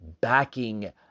backing